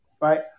Right